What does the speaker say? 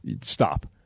Stop